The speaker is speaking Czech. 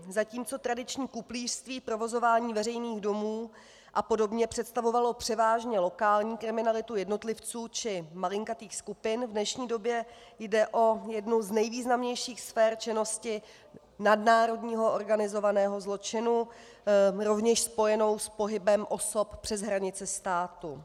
Zatímco tradiční kuplířství, provozování veřejných domů apod. představovalo převážně lokální kriminalitu jednotlivců či malinkatých skupin, v dnešní době jde o jednu z nejvýznamnějších sfér činnosti nadnárodního organizovaného zločinu, rovněž spojenou s pohybem osob přes hranice státu.